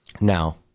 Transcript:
Now